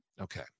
Okay